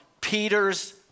Peter's